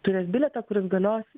turės bilietą kuris galios